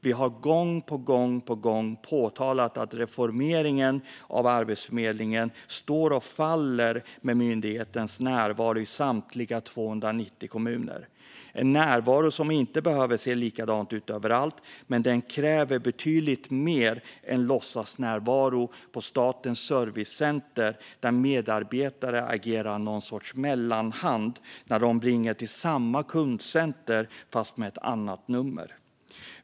Vi har gång på gång påpekat att reformeringen av Arbetsförmedlingen står och faller med myndighetens närvaro i samtliga 290 kommuner, en närvaro som inte behöver se likadan ut överallt men som kräver betydligt mer än låtsasnärvaro på Statens servicecenter där medarbetare agerar någon sorts mellanhand när de ringer till samma kundcenter men med ett annat nummer.